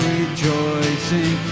rejoicing